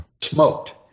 smoked